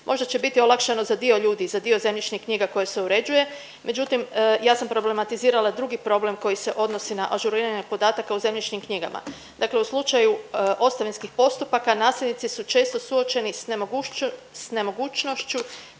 Možda će biti olakšano za dio ljudi, za dio zemljišnih knjiga koje se uređuje međutim ja sam problematizirala drugi problem koji se odnosi na ažuriranje podataka u zemljišnim knjigama. Dakle u slučaju ostavinskih postupaka, nasljednici su često suočeni s nemogućnošću